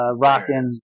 rocking